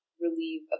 relieve